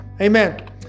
Amen